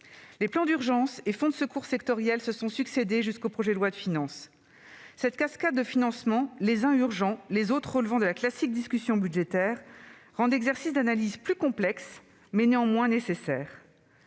Les plans d'urgence et les fonds de secours sectoriels se sont succédé jusqu'au projet de loi de finances. Cette cascade de financements, les uns urgents, les autres relevant de la classique discussion budgétaire, rendent l'exercice d'analyse plus complexe, mais néanmoins nécessaire.